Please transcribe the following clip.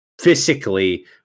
physically